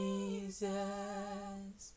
Jesus